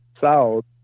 south